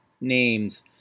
names